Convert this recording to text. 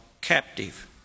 captive